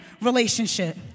relationship